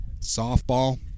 softball